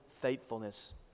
faithfulness